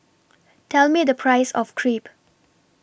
Tell Me The Price of Crepe